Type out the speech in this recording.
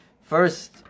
first